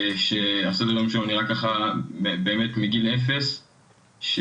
שהסדר יום שלו נראה ככה באמת מגיל אפס והוא